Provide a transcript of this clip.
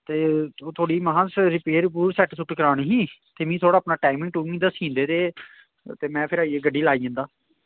ते थोह्ड़ी महा उस्सी रपेयर रपूर सैट्ट सुट्ट करोआनी ही ते मिगी थोह्ड़ा अपना टाईमिंग टुईमिंगं दस्सी दिंदे ते में फिर आइयै गड्डी लाई जंदा